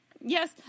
Yes